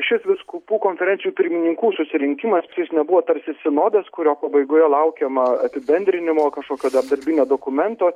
šis vyskupų konferencijų pirmininkų susirinkimas jis nebuvo tarsi sinodas kurio pabaigoje laukiama apibendrinimo kažkokio dar darbinio dokumento